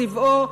צבעו,